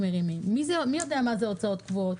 מי יודע מה זה הוצאות קבועות?